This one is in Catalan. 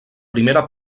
primera